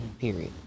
Period